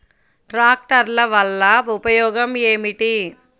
ట్రాక్టర్ల వల్ల ఉపయోగం ఏమిటీ?